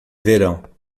verão